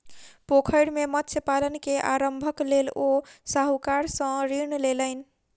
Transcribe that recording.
पोखैर मे मत्स्य पालन के आरम्भक लेल ओ साहूकार सॅ ऋण लेलैन